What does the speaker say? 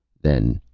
then,